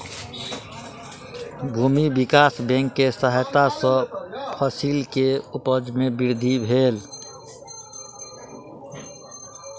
भूमि विकास बैंक के सहायता सॅ फसिल के उपज में वृद्धि भेल